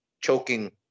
choking